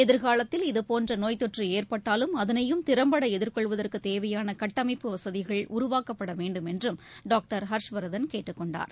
எதிர்காலத்தில் இதபோன்றநோய் தொற்றுஏற்பட்டாலும் அதனையும் திறம்படஎதிர்கொள்வதற்குத் தேவையானகட்டமைப்பு வசதிகள் உருவாக்கப்படவேண்டுமென்றும் டாக்டர் ஹர்ஷவர்தன் கேட்டுக் கொண்டார்